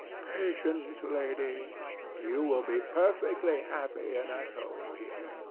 patience, lady you will be perfectly happy and at home here.